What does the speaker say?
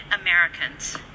Americans